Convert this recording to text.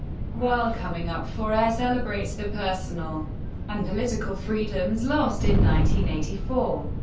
while coming up for air celebrates the personal and political freedoms lost in nineteen eighty-four.